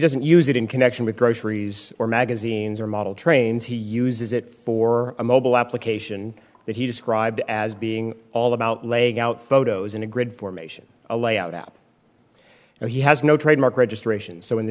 doesn't use it in connection with groceries or magazines or model trains he uses it for a mobile application that he described as being all about laying out photos in a grid formation a layout and he has no trademark registrations so in the